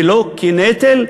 ולא כנטל,